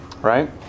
right